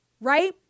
Right